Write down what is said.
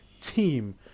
team